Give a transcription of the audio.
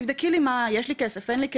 תבדקי אם יש לי כסף אין לי כסף.